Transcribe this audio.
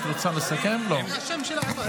לא.